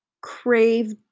crave